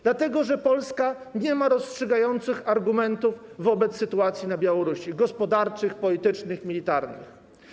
Dlatego że Polska nie ma rozstrzygających argumentów wobec sytuacji na Białorusi: gospodarczych, politycznych ani militarnych.